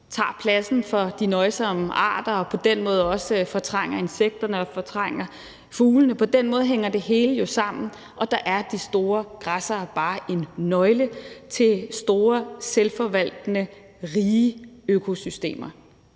tager pladsen for de nøjsomme arter og på den måde også fortrænger insekterne og fortrænger fuglene. På den måde hænger det hele jo sammen, og der er de store græssere bare en nøgle til store selvforvaltende rige økosystemer,